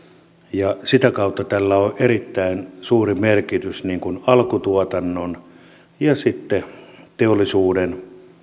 ja sitä kautta tällä on erittäin suuri merkitys alkutuotannon ja sitten teollisuuden